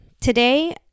today